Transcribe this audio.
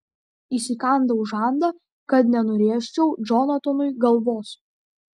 įsikandau žandą kad nenurėžčiau džonatanui galvos